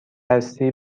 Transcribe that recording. هستی